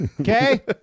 Okay